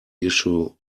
issue